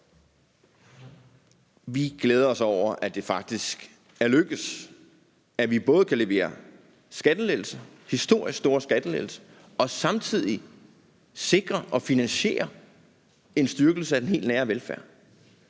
Vi glæder os over, at det faktisk er lykkedes både at levere skattelettelser, historisk store skattelettelser, og samtidig sikre og finansiere en styrkelse af den helt nære velfærd.